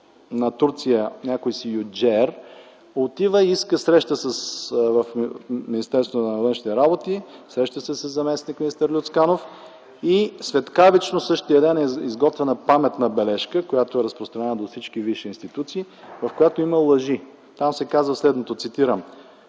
на Турция, някой си Юджеер, отива и иска среща в Министерството на външните работи, среща се с заместник-министър Люцканов и светкавично, същият ден е изготвена паметна бележка, която е разпространена до всички висши институции, в която има лъжи. Там се казва следното, цитирам: